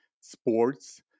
sports